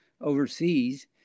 overseas